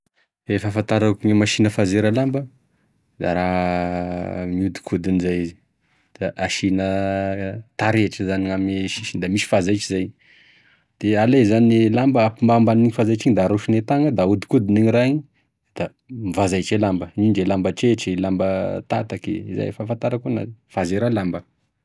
E fahafantarako e masina fanzera lamba da raha miodikodiny zay izy, da asina taretry zany gname sisiny, da misy fanzaitry zay, de alay zany e lamba hampomba ambanigny fanjaitry igny da arosin'e tagna da aodikodikodigny igny raha igny da voazaitry e lamba, indrindra e lamba tretry,e lamba tataky, iza e fahafantarako enazy fanzaira lamba.